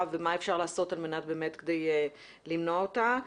ומה אפשר לעשות על מנת באמת למנוע אותה.